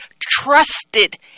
trusted